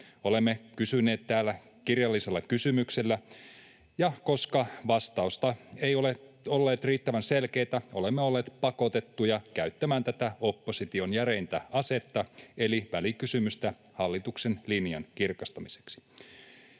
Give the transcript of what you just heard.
olemme kysyneet kirjallisella kysymyksellä, ja koska vastaukset eivät ole olleet riittävän selkeitä, olemme olleet pakotettuja käyttämään tätä opposition järeintä asetta eli välikysymystä hallituksen linjan kirkastamiseksi.